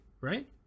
right